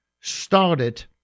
started